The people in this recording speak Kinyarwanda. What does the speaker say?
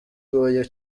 bugoye